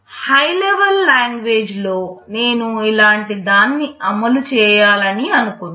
high level language లో నేను ఇలాంటి దాన్ని అమలు చేయాలని అనుకుందాం